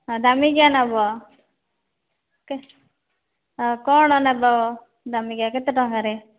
ଆ ଦାମିକିଆ ନେବ କ'ଣ ନେବ ଦାମିକିଆ କେତେ ଟଙ୍କାରେ